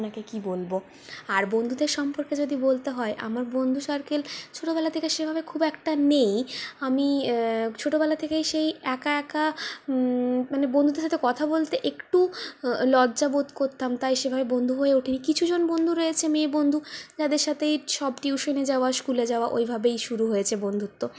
আর বন্ধুদের সম্পর্কে যদি বলতে হয় আমার বন্ধু সার্কেল ছোটোবেলা থেকে সেভাবে খুব একটা নেই আমি ছো্টোবেলা থেকেই সেই একা একা মানে বন্ধুর সাথে কথা বলতে একটু লজ্জা বোধ করতাম তাই সেভাবে বন্ধু হয়ে ওঠেনি কিছু জন বন্ধু রয়েছে মেয়েবন্ধু যাদের সাথেই সব টিউশনে যাওয়া স্কুলে যাওয়া ওইভাবেই শুরু হয়েছে বন্ধুত্ব